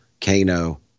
Kano